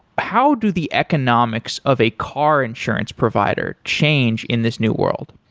how do the economics of a car insurance provider change in this new world?